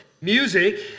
Music